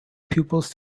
pupils